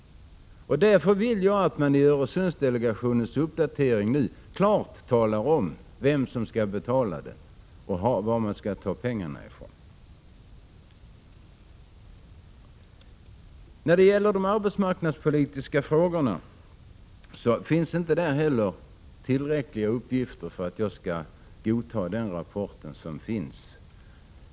Därför vill jag att man nu vid Öresundsdelegationens uppdatering klart talar om vem som skall betala och varifrån pengarna skall tas. Inte heller när det gäller de arbetsmarknadspolitiska frågorna finns tillräckliga uppgifter för att jag skall godta den rapport som föreligger.